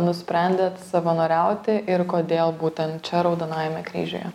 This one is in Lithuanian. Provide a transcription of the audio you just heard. nusprendėt savanoriauti ir kodėl būtent čia raudonajame kryžiuje